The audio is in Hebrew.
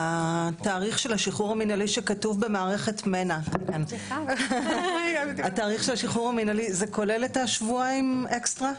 התאריך של השחרור המינהלי שכתוב במערכת מנ"ע כולל את השבועיים אקסטרה?